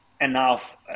enough